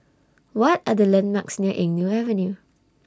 What Are The landmarks near Eng Neo Avenue